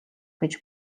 гэж